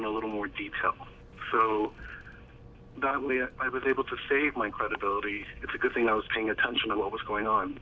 in a little more detail than i was able to save my credibility it's a good thing i was paying attention to what was going on